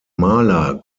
maler